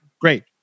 Great